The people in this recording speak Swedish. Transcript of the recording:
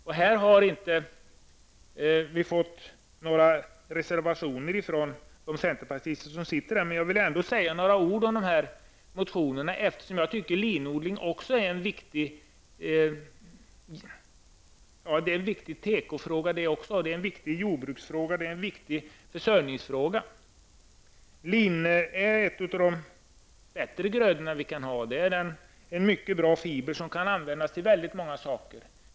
Det finns inte några reservationer från de centerpartister som sitter i näringsutskottet. Men jag vill ändå säga några ord om våra motioner, eftersom jag tycker att även linodling är en viktig tekofråga, en viktig jordbruksfråga och en viktig försörjningsfråga. Linet är en av de bättre grödorna. Det är en mycket bra fiber, som kan användas till många saker.